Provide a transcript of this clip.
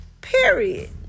period